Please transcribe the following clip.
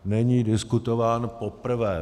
Není diskutován poprvé.